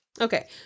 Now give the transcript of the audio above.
Okay